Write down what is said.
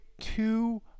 two